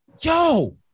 yo